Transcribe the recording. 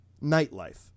nightlife